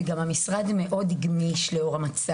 לאור המצב המשרד גם התגמש מאוד.